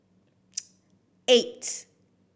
eight